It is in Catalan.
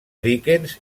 líquens